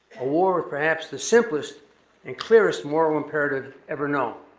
a war of perhaps the simplest and clearest moral imperative ever known.